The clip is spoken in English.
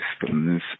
Systems